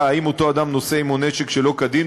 אם אותו אדם נושא עמו נשק שלא כדין,